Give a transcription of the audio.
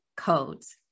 codes